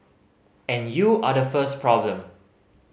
and you are the first problem